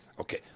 Okay